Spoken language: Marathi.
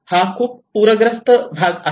हा खूप पूरग्रस्त भाग आहे